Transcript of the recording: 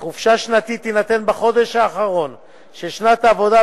חוק חופשה שנתית קובע את זכותו של עובד לחופשה שנתית.